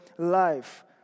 life